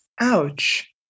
Ouch